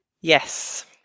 Yes